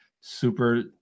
super